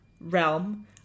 realm